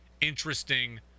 interesting